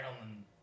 on